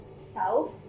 south